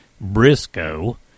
Briscoe